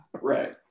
Right